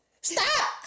stop